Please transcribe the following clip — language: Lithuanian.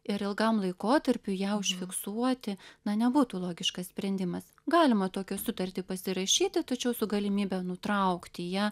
ir ilgam laikotarpiui ją užfiksuoti na nebūtų logiškas sprendimas galima tokią sutartį pasirašyti tačiau su galimybe nutraukti ją